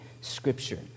scripture